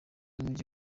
w’umujyi